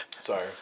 Sorry